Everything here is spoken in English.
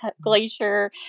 glacier